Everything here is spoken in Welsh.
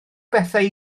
bethau